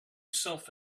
self